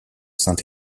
saint